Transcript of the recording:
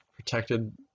protected